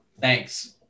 Thanks